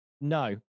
no